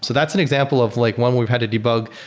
so that's an example of like one we've had to debug.